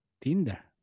Tinder